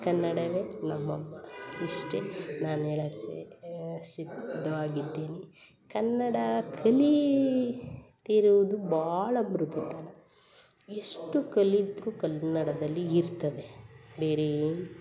ಕನ್ನಡವೇ ನಮ್ಮ ಅಮ್ಮ ಇಷ್ಟೇ ನಾನು ಹೇಳೋದು ಇದ್ದೀನಿ ಕನ್ನಡ ಕಲಿತಿರುವುದು ಭಾಳ ಮೃದು ಎಷ್ಟು ಕಲಿತರು ಕನ್ನಡದಲ್ಲಿ ಇರ್ತದೆ ಬೇರೆ ಏನು